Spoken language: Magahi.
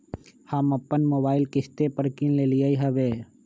हम अप्पन मोबाइल किस्ते पर किन लेलियइ ह्बे